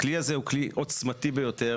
הכלי הזה הוא כלי עוצמתי ביותר